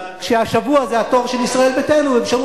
כשהשבוע זה התור של ישראל ביתנו ובשבוע